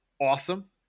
awesome